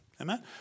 Amen